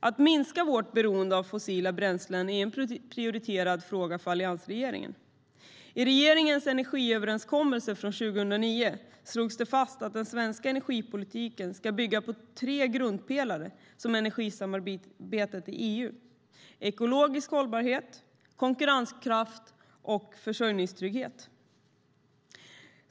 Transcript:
Det är en prioriterad fråga för alliansregeringen att minska vårt beroende av fossila bränslen. I regeringens energiöverenskommelse från 2009 slogs det fast att den svenska energipolitiken ska bygga på samma tre grundpelare som energisamarbetet i EU: ekologisk hållbarhet, konkurrenskraft och försörjningstrygghet.